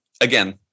again